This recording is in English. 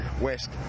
West